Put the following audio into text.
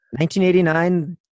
1989